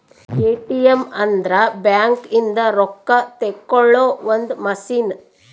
ATM ಅಂದ್ರ bank ಇಂದ ರೊಕ್ಕ ತೆಕ್ಕೊಳೊ ಒಂದ್ ಮಸಿನ್